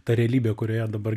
ta realybė kurioje dabar